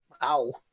Ow